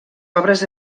obres